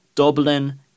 Dublin